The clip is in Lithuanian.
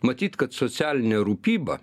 matyt kad socialinė rūpyba